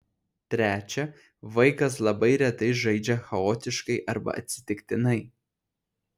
trečia vaikas labai retai žaidžia chaotiškai arba atsitiktinai